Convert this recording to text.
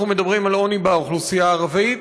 אנחנו מדברים על עוני באוכלוסייה הערבית,